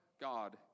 God